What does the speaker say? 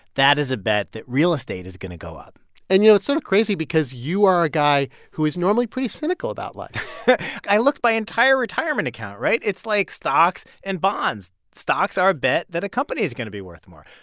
that is a bet that real estate is going to go up and, you know, it's sort of crazy because you are a guy who is normally pretty cynical about life i looked my entire retirement account, right? it's, like, stocks and bonds. stocks are a bet that a company is going to be worth more.